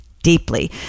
deeply